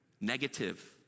Negative